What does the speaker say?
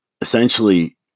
Essentially